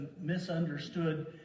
misunderstood